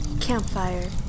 Campfire